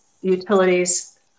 utilities